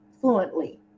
fluently